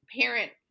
parent